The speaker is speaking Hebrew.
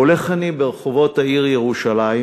הולך אני ברחובות העיר ירושלים,